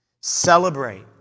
Celebrate